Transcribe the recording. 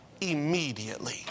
immediately